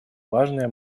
важное